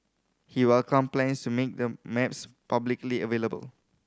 he welcomed plans to make the maps publicly available